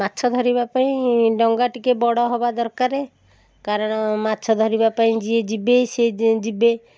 ମାଛ ଧରିବା ପାଇଁ ଡଙ୍ଗା ଟିକେ ବଡ଼ ହେବା ଦରକାର କାରଣ ମାଛ ଧରିବା ପାଇଁ ଯିଏ ଯିବେ ସିଏ ଯିବେ